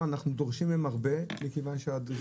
אנחנו דורשים מהדואר הרבה.